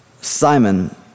Simon